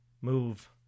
move